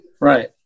Right